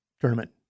tournament